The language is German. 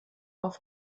auf